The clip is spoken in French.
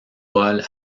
paul